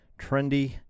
trendy